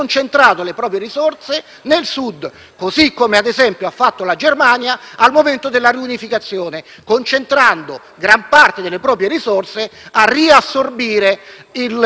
così come ad esempio ha fatto la Germania al momento della riunificazione, concentrando gran parte delle proprie risorse a riassorbire i territori dell'Est.